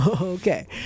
Okay